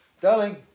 darling